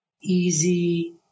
easy